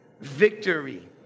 victory